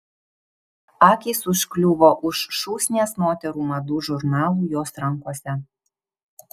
akys užkliuvo už šūsnies moterų madų žurnalų jos rankose